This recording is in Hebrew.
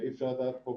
ואי אפשר לדעת פה,